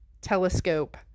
Telescope